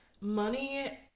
money